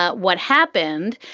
ah what happened.